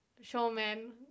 showman